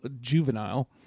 juvenile